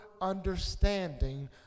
understanding